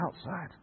outside